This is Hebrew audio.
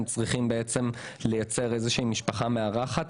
הם צריכים למצוא איזושהי משפחה מארחת.